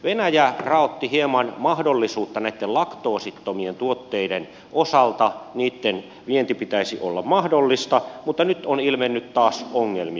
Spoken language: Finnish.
venäjä raotti hieman mahdollisuutta näitten laktoosittomien tuotteiden osalta niitten viennin pitäisi olla mahdollista mutta nyt on ilmennyt taas ongelmia